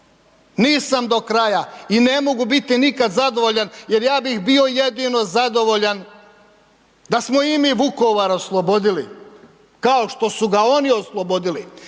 nisam do kraja i ne mogu biti nikada zadovoljan jer ja bih bio jedino zadovoljan da smo i mi Vukovar oslobodili kao što su ga oni oslobodili